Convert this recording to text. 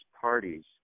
parties